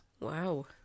Wow